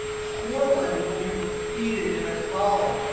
portland will be repeated in a column.